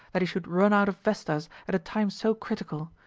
that he should run out of vestas at a time so critical.